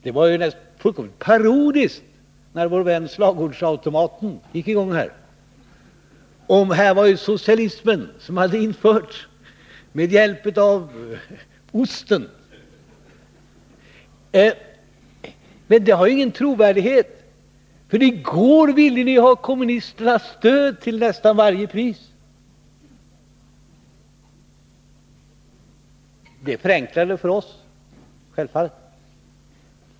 Det var ju parodiskt när vår vän slagordsautomaten gick i gång: Här hade socialism införts med hjälp av osten. Men detta saknar ju trovärdighet, för i går ville ni ju till nästan varje pris ha kommunisternas stöd. Det förenklade självfallet för oss.